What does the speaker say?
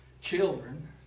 children